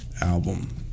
album